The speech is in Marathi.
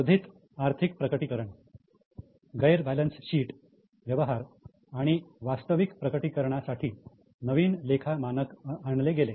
वर्धित आर्थिक प्रकटीकरण गैर बॅलन्स शीट व्यवहार आणि वास्तविक प्रकटीकरणासाठी नवीन लेखा मानक आणले गेले